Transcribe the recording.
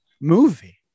movie